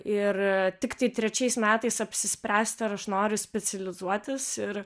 ir tiktai trečiais metais apsispręsti ar aš noriu specializuotis ir